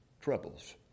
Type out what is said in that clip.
troubles